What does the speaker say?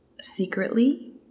secretly